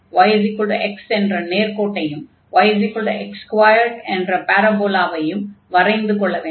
yx என்ற நேர்க்கோட்டையும் yx2 என்ற பாரபோலவையும் வரைய வேண்டும்